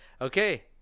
Okay